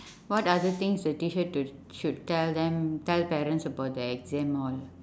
what other things the teacher to~ should tell them tell parents about the exam hall